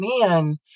man